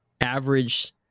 Average